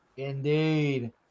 Indeed